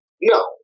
No